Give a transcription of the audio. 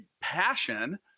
passion